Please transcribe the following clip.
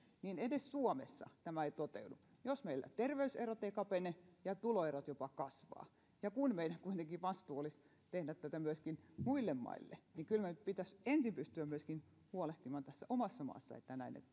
niin edes suomessa tämä ei toteudu jos meillä terveyserot eivät kapene ja tuloerot jopa kasvavat ja kun meidän vastuumme kuitenkin olisi tehdä tätä myöskin muille maille niin kyllä meidän nyt pitäisi ensin pystyä myöskin huolehtimaan tässä omassa maassa että näin ei